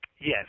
Yes